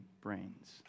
brains